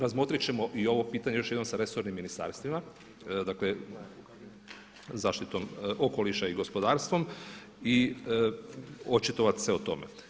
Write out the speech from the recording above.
Razmotrit ćemo i i ovo pitanje još jednom sa resornim ministarstvima, dakle zaštitom okoliša i gospodarstvom i očitovati se o tome.